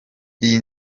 iyi